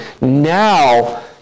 now